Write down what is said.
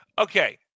Okay